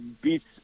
beats